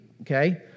okay